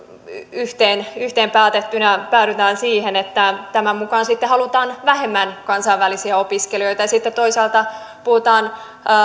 yhteen yhteen päätettynä päädytään siihen että sitten halutaan vähemmän kansainvälisiä opiskelijoita ja sitten toisaalta puhutaan